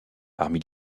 parmi